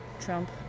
Trump